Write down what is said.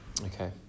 okay